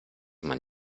man